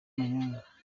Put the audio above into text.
amanyanga